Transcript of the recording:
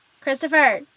Christopher